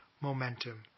momentum